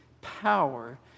power